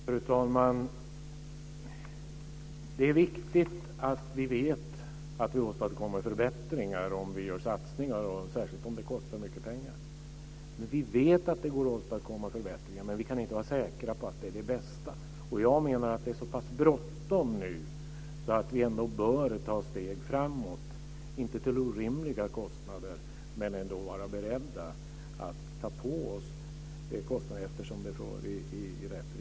Fru talman! Det är viktigt att vi vet att vi åstadkommer förbättringar om vi gör satsningar, särskilt om de kostar mycket pengar. Vi vet också att det går att åstadkomma förbättringar, men vi kan inte vara säkra på att de är de bästa. Jag menar att det nu är så pass bråttom att vi bör ta steg framåt, om också inte till orimliga kostnader. Vi bör dock vara beredda att ta på oss kostnader, eftersom detta arbete för i rätt riktning.